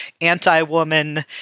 anti-woman